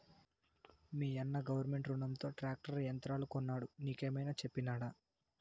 మీయన్న గవర్నమెంట్ రునంతో ట్రాక్టర్ యంత్రాలు కొన్నాడు నీకేమైనా చెప్పినాడా